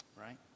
Right